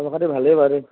খবৰ খাতি ভালেই বাৰু দেই